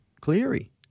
Cleary